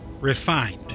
refined